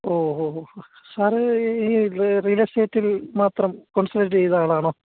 ഓ ഹോ ഹോ ഹ് സാറ് ഈ റിയൽ എസ്റ്റേറ്റ് മാത്രം കോൺസെണ്ട്രേറ്റ് ചെയ്ത ആളാണോ